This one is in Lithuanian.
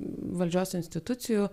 valdžios institucijų